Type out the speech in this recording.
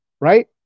right